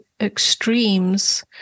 extremes